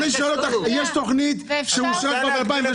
אני שואל אותך אם יש תוכנית ------ כן או לא,